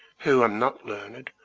who am not learned,